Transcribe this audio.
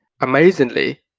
amazingly